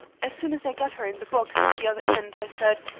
as soon as i got her in the box at the other end, i said,